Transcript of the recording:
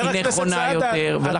היא נכונה יותר.